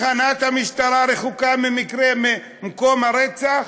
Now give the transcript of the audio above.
והתחנה רחוקה ממקום הרצח